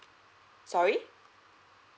sorry